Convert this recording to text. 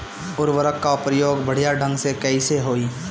उर्वरक क प्रयोग बढ़िया ढंग से कईसे होई?